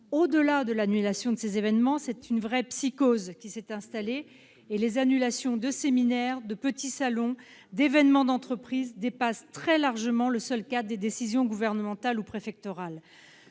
Au-delà de l'annulation de ces événements, une véritable psychose s'est installée et les annulations de séminaires, petits salons, événements d'entreprise dépassent très largement le seul cadre des décisions gouvernementales ou préfectorales.